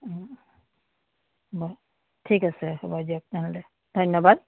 অং হ'ব ঠিক আছে হ'ব দিয়ক তেনেহ'লে ধন্যবাদ